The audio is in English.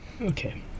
Okay